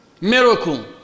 miracle